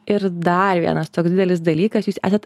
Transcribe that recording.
ir dar vienas toks didelis dalykas jūs esat